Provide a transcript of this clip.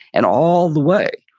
and all the way,